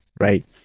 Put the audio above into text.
right